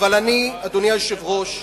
אבל אני, אדוני היושב-ראש,